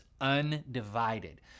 undivided